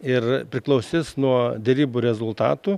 ir priklausys nuo derybų rezultatų